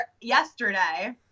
yesterday